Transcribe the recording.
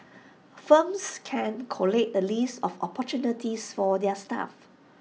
firms can collate the list of opportunities for their staff